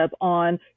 on